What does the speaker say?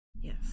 yes